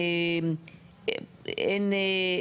אין,